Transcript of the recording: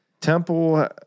Temple